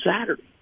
Saturday